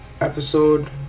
episode